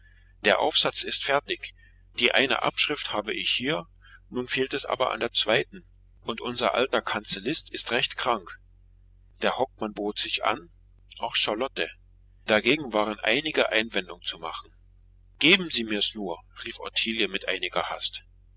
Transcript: der aufsatz ist fertig die eine abschrift habe ich hier nun fehlt es aber an der zweiten und unser alter kanzellist ist recht krank der hauptmann bot sich an auch charlotte dagegen waren einige einwendungen zu machen geben sie mirs nur rief ottilie mit einiger hast